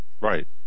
right